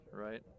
right